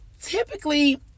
Typically